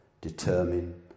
determine